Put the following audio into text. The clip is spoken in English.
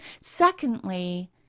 secondly